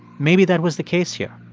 maybe that was the case here.